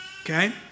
Okay